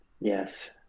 Yes